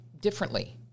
Differently